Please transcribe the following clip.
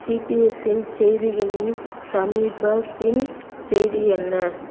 CBS இன் செய்திகளில் சமீபத்திய செய்தி என்ன